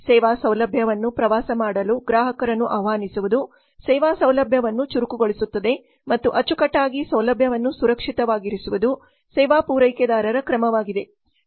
ಸೇವಾ ಸೌಲಭ್ಯವನ್ನು ಪ್ರವಾಸ ಮಾಡಲು ಗ್ರಾಹಕರನ್ನು ಆಹ್ವಾನಿಸುವುದು ಸೇವಾ ಸೌಲಭ್ಯವನ್ನು ಚುರುಕುಗೊಳಿಸುತ್ತದೆ ಮತ್ತು ಅಚ್ಚುಕಟ್ಟಾಗಿ ಸೌಲಭ್ಯವನ್ನು ಸುರಕ್ಷಿತವಾಗಿರಿಸುವುದು ಸೇವಾ ಪೂರೈಕೆದಾರರ ಕ್ರಮವಾಗಿದೆ